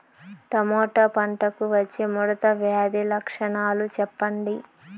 Tomato పంటకు వచ్చే ముడత వ్యాధి లక్షణాలు చెప్పండి?